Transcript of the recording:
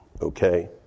okay